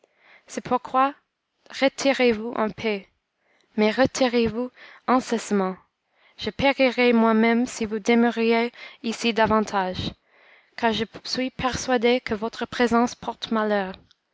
c'est pourquoi retirez-vous en paix mais retirez-vous incessamment je périrais moi-même si vous demeuriez ici davantage car je suis persuadé que votre présence